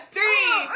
Three